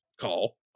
call